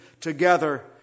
together